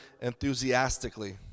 enthusiastically